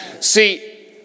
See